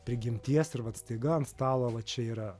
prigimties ir vat staiga ant stalo va čia yra